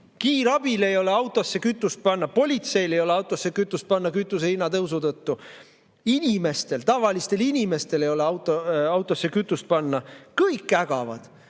kiirabil ei ole autosse kütust panna, politseil ei ole autosse kütust panna kütusehinna tõusu tõttu. Inimestel, tavalistel inimestel ei ole autosse kütust panna. Kõik ägavad!